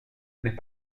n’est